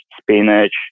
spinach